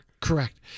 Correct